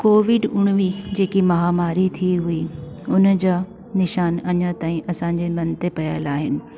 Covid उणिवीह जेकी महामारी थी हुई उन जा निशान अञा तई असांजे मन ते पयल आहिनि